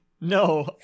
no